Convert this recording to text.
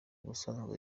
ubusanzwe